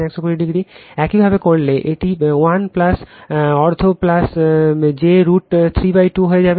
একইভাবে করলে এটি 1 অর্ধ j রুট 32 হয়ে যাবে